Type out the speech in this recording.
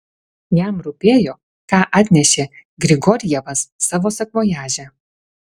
jam rūpėjo ką atnešė grigorjevas savo sakvojaže